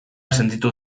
sentitu